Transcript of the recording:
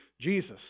Jesus